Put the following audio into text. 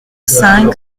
cinq